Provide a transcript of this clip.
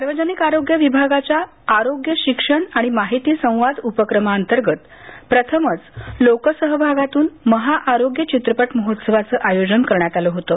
सार्वजनिक आरोग्य विभागाच्यानं आरोग्य शिक्षण आणि माहिती संवाद उपक्रमाअंतर्गत प्रथमच लोकसहभागातून महाआरोग्य चित्रपट महोत्सवाचं आयोजन करण्यात आलं होतं